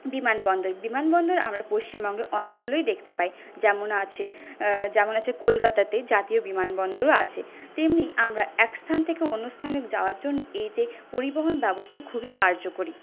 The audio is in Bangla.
বিমানবন্দর বিমানবন্দর আমরা পশ্চিমবঙ্গে অনেকগুলোই দেখতে পাই যেমন আছে যেমন আছে কলকাতাতে জাতীয় বিমানবন্দরও আছে তেমনি আমরা এক স্থান থেকে অন্য স্থানে যাওয়ার জন্য এ যে পরিবহন ব্যবস্থা খুবই কার্যকরী